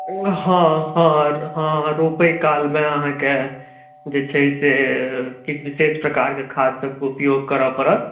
हँ हँ हँ रोपै कालमे अहाँके जे छै से किछु विशेष प्रकारके खादसभके उपयोग करऽ पड़त